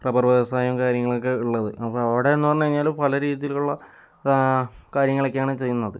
rubber വ്യവസായവും കാര്യങ്ങളൊക്കെ ഉള്ളത് അപ്പോൾ അവിടെനിന്നു പറഞ്ഞു കഴിഞ്ഞാല് പല രീതിയിലുള്ള കാര്യങ്ങളൊക്കെയാണ് ചെയ്യുന്നത്